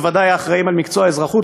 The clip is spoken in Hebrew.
בוודאי האחראים על מקצוע האזרחות,